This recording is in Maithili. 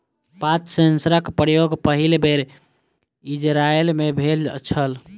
पात सेंसरक प्रयोग पहिल बेर इजरायल मे भेल छल